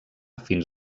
fins